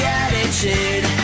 attitude